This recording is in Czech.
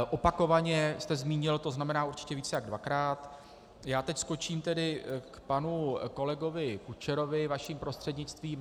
Opakovaně jste zmínil, to znamená určitě víc jak dvakrát já teď skočím k panu kolegovi Kučerovi, vaším prostřednictvím.